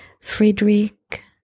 Friedrich